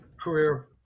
career